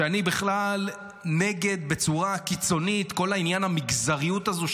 שאני בכלל נגד בצורה קיצונית כל העניין עם המגזריות הזו,